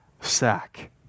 sack